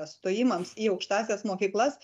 stojimams į aukštąsias mokyklas